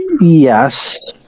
Yes